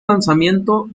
lanzamiento